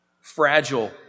fragile